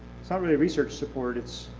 it's not really a research support, its